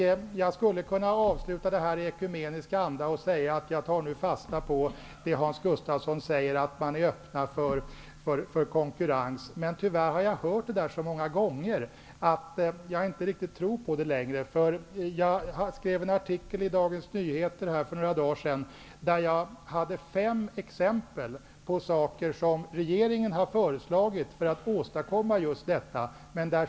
Jag skulle kunna avsluta i ekumenisk anda och säga att jag nu tar fasta på att Hans Gustafsson säger att man är öppen för konkurrens. Men tyvärr har jag hört det så många gånger att jag inte riktigt tror på det längre. Jag skrev en artikel i Dagens Nyheter för några dagar sedan, där jag hade med fem exempel på saker som regeringen har föreslagit.